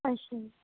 ਅੱਛਾ ਜੀ